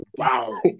Wow